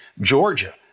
Georgia